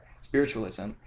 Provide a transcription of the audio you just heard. spiritualism